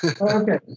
Okay